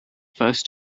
first